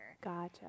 Gotcha